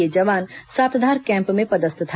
यह जवान सातधार कैम्प में पदस्थ था